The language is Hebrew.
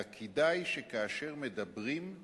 רק כדאי שכאשר מדברים,